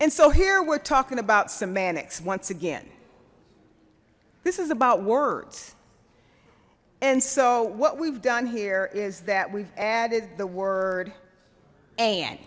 and so here we're talking about semantics once again this is about words and so what we've done here is that we've added the word an